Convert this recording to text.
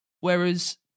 Whereas